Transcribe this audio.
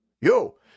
yo